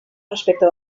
respecte